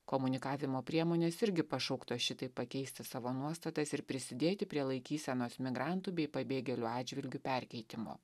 komunikavimo priemonės irgi pašauktos šitaip pakeisti savo nuostatas ir prisidėti prie laikysenos migrantų bei pabėgėlių atžvilgiu perkeitimo